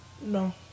No